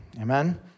Amen